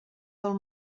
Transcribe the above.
del